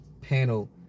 panel